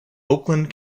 oakland